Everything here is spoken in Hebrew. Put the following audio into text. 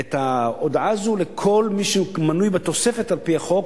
את ההודעה הזאת לכל מי שמנוי בתוספת על-פי החוק,